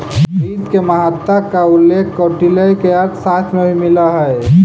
वित्त के महत्ता के उल्लेख कौटिल्य के अर्थशास्त्र में भी मिलऽ हइ